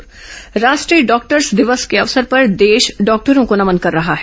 doctor दिवस राष्ट्रीय doctors दिवस के अवसर पर देश डॉक्टरों को नमन कर रहा है